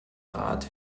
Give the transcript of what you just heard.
rat